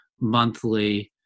monthly